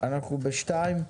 אנחנו בפרק ב' רישוי.